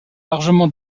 largement